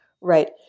Right